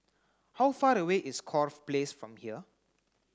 how far away is Corfe Place from here